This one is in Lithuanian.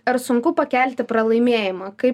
ar sunku pakelti pralaimėjimą kaip